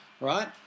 right